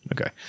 Okay